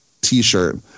T-shirt